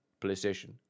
PlayStation